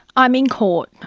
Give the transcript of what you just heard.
i'm in court,